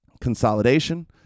consolidation